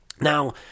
Now